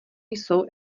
jsou